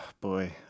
boy